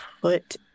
put